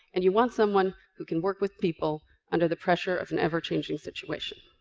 and you want someone who can work with people under the pressure of an ever-changing situation.